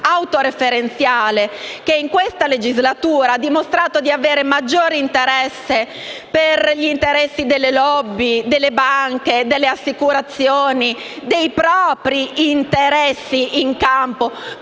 autoreferenziale che in questa legislatura ha dimostrato di avere maggiore attenzione per gli interessi delle *lobby*, delle banche, delle assicurazioni e dei propri interessi in campo